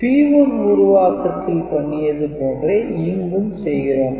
P1 உருவாக்கத்தில் பண்ணியது போன்றே இங்கும் செய்கிறோம்